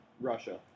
Russia